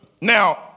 Now